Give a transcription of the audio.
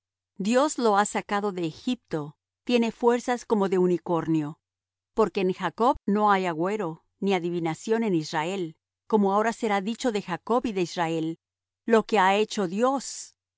dios los ha sacado de egipto tiene fuerzas como de unicornio porque en jacob no hay agüero ni adivinación en israel como ahora será dicho de jacob y de israel lo que ha hecho dios he